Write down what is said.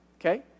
okay